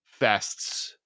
fests